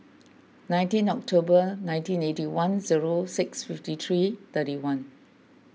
nineteen October nineteen eighty one zero six fifty three thirty one